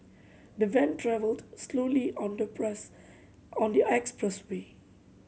the van travelled slowly on the press on the expressway